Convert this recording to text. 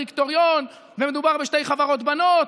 הדירקטוריון אותו דירקטוריון ומדובר בשתי חברות בנות.